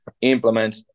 implement